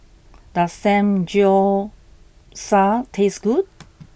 does Samgyeopsal taste good